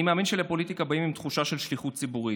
אני מאמין שלפוליטיקה באים עם תחושה של שליחות ציבורית.